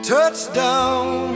Touchdown